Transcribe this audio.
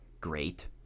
great